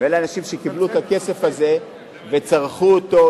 ואלה אנשים שקיבלו את הכסף הזה וצרכו אותו,